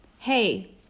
Hey